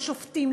לשופטים,